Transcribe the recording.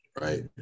Right